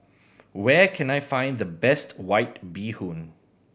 where can I find the best White Bee Hoon